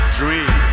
dream